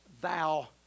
thou